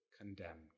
condemned